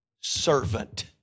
servant